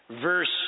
verse